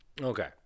Okay